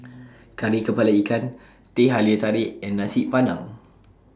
Kari Kepala Ikan Teh Halia Tarik and Nasi Padang